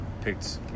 picked